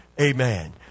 Amen